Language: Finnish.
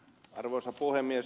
arvoisa puhemies